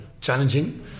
challenging